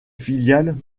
filiale